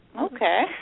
Okay